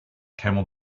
camel